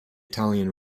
italian